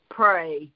pray